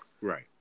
Right